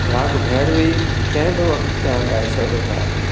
राग भैरवी कंहिं बि वक़्ति तव्हां ॻाए सघो था